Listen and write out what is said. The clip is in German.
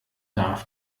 darf